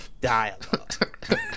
dialogue